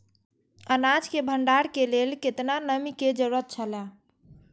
अनाज के भण्डार के लेल केतना नमि के जरूरत छला?